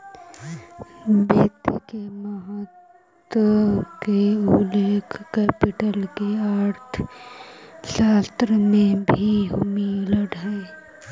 वित्त के महत्ता के उल्लेख कौटिल्य के अर्थशास्त्र में भी मिलऽ हइ